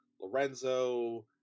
Lorenzo